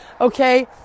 okay